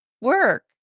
work